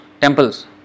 temples